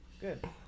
Good